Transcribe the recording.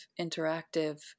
interactive